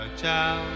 ciao